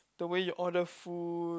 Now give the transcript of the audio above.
the way you order food